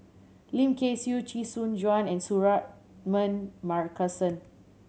Lim Kay Siu Chee Soon Juan and Suratman Markasan